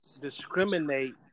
discriminate